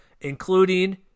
including